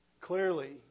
Clearly